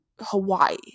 Hawaii